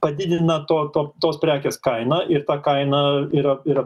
padidina to to tos prekės kainą ir ta kaina yra yra